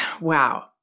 wow